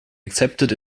accepted